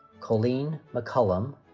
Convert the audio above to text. colleen mccollum,